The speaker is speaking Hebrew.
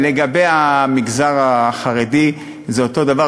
לגבי המגזר החרדי, זה אותו דבר.